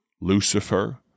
Lucifer